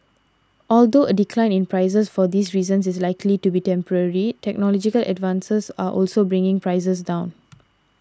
although a decline in prices for these reasons is likely to be temporary technological advances are also bringing prices down